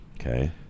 Okay